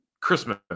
christmas